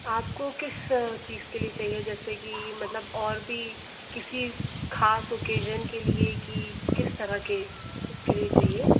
आपको किस चीज़ के लिए चाहिए जैसे कि मतलब और भी किसी ख़ास ओकेज़न के लिए कि किस तरह के उसके लिए चाहिए